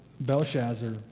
Belshazzar